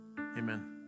amen